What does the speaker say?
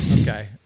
Okay